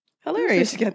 hilarious